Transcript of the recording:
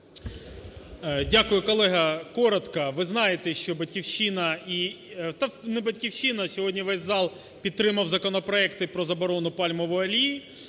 Дякую. Колега, коротко. Ви знаєте, що "Батьківщина", та не "Батьківщина", а сьогодні весь зал підтримав законопроекти про заборону пальмової олії,